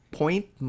point